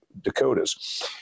Dakotas